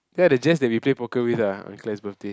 that the Jess that we play poker with ah on Claire's birthday